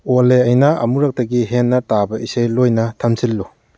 ꯑꯣꯜꯂꯦ ꯑꯩꯅ ꯑꯃꯨꯔꯛꯇꯒꯤ ꯍꯦꯟꯅ ꯇꯥꯕ ꯏꯁꯩ ꯂꯣꯏꯅ ꯇꯝꯁꯤꯜꯂꯨ